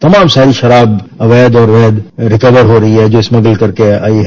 तमाम सारी शराब अवैध और वैध रिकवर हो रही है जो स्मगल करके आई है